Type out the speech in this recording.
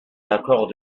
l’accord